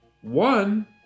one